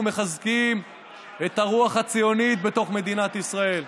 מחזקים את הרוח הציונית בתוך מדינת ישראל.